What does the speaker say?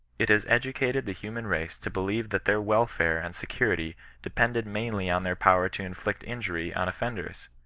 it has edu cated the human race to believe that their welfare and security depended mainly on their power to inflict in jury on offenders.